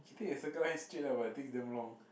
keep it at Circle Line straight lah but it takes damn long